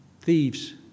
thieves